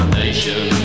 nation